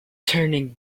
turning